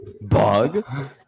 Bug